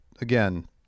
Again